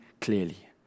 clearly